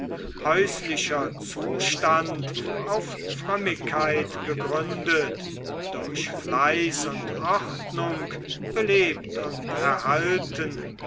häuslicher zustand auf frömmigkeit gegründet durch fleiß und ordnung belebt und erhalten